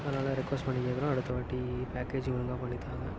அதனால ரெக்குவஸ்ட் பண்ணி கேட்கறேன் அடுத்த வாட்டி பேக்கேஜிங் ஒழுங்காக பண்ணி தாங்க